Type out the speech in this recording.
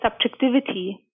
subjectivity